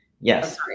Yes